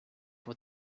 what